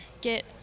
get